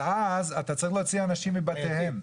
אבל אז אתה צריך להוציא אנשים מבתיהם.